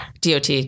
DOT